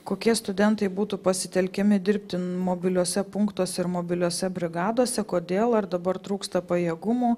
kokie studentai būtų pasitelkiami dirbti mobiliuose punktuose ir mobiliose brigadose kodėl ar dabar trūksta pajėgumų